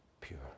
pure